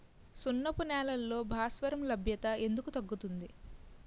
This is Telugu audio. సున్నపు నేలల్లో భాస్వరం లభ్యత ఎందుకు తగ్గుతుంది?